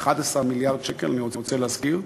11 מיליארד שקל, אני רוצה להזכיר,